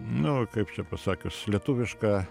nu kaip čia pasakius lietuvišką